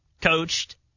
coached